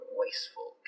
wasteful